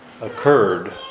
occurred